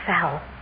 fell